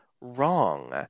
wrong